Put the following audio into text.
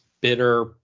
bitter